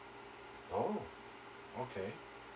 oh okay